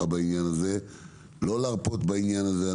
בעניין הזה לא להרפות בעניין הזה.